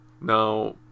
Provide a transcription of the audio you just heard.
Now